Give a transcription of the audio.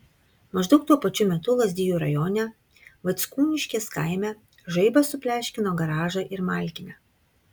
maždaug tuo pačiu metu lazdijų rajone vaickūniškės kaime žaibas supleškino garažą ir malkinę